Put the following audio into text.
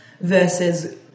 versus